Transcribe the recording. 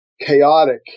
chaotic